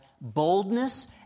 boldness